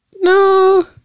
no